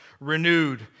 renewed